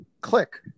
click